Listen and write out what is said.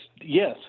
yes